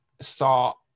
Start